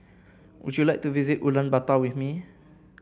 would you like to visit Ulaanbaatar with me